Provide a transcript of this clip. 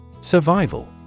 Survival